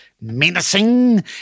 menacing